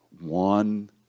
one